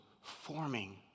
forming